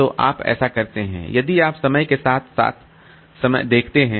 तो आप ऐसा करते हैं यदि आप समय के साथ समय पर देखते हैं